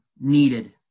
needed